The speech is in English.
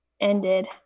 ended